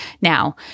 Now